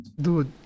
Dude